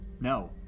No